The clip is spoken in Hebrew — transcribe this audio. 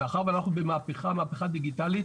מאחר ואנחנו במהפכה, מהפכה דיגיטלית